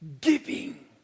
giving